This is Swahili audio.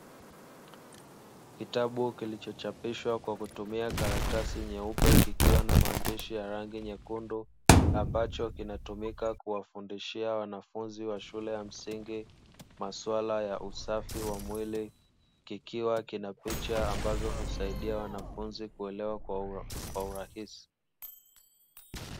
Kitabu kilichochapishwa kwa kutumia karatasi nyeupe, kikiwa maandishi ya rangi nyekundu, ambacho kinatumika kuwafundushia wanafunzi wa shule ya msingi maswala ya usafi wa mwili, kikiwa kinapicha ambazo husaidia wanafunzi kuelewa kwa urahisi.